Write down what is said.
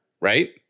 right